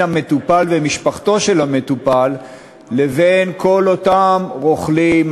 המטופל ומשפחתו של המטופל לבין כל אותם רוכלים,